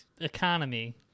economy